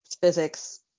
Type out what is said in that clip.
physics